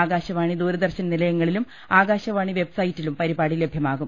ആകാ ശവാണി ദൂരദർശൻ നിലയങ്ങളിലും ആകാശവാണി വെബ്സൈറ്റിലും പരിപാടി ലഭ്യമാകും